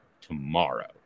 tomorrow